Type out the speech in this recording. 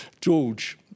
George